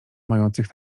mających